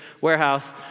warehouse